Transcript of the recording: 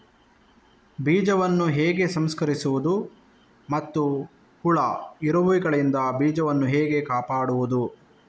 ಬೀಜವನ್ನು ಹೇಗೆ ಸಂಸ್ಕರಿಸುವುದು ಮತ್ತು ಹುಳ, ಇರುವೆಗಳಿಂದ ಬೀಜವನ್ನು ಹೇಗೆ ಕಾಪಾಡುವುದು?